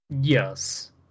Yes